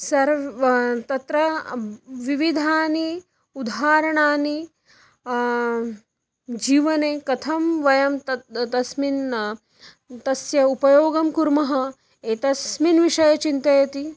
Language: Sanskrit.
सर्वे तत्र विविधानि उदाहरणानि जीवने कथं वयं तत् तस्मिन् तस्य उपयोगं कुर्मः एतस्मिन् विषये चिन्तयति